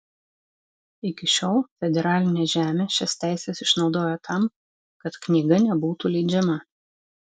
iki šiol federalinė žemė šias teises išnaudojo tam kad knyga nebūtų leidžiama